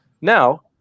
now